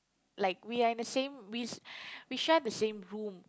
like we are in the same we we share the same room